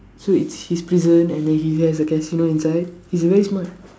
so it's his prison and he has a casino inside he's very smart